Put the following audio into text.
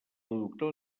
doctor